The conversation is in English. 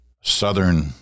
southern